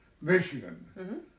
Michigan